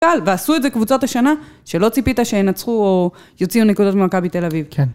ועשו את זה קבוצות השנה שלא ציפית שינצחו או יוציאו נקודות ממכבי תל אביב.